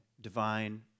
Divine